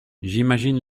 j’imagine